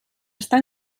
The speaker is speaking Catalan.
estar